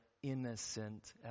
Innocent